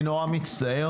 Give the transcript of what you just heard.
אני נורא מצטער.